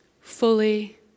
Fully